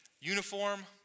uniform